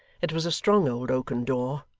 it was a strong old oaken door,